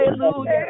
Hallelujah